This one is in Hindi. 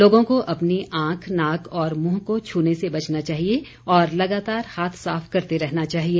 लोगों को अपनी आंख नाक और मुंह को छूने से बचना चाहिए और लगातार हाथ साफ करते रहना चाहिए